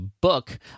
book